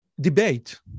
debate